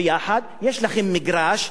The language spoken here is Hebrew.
יש לכם מגרש,